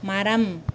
மரம்